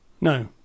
No